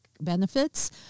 benefits